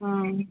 ம்